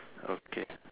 okay